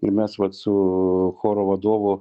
ir mes vat su choro vadovu